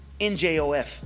NJOF